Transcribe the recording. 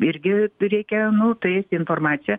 irgi reikia nu tai informacija